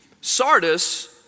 Sardis